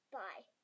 bye